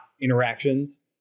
interactions